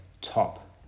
top